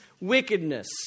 wickedness